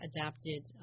adapted